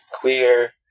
Queer